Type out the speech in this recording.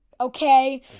Okay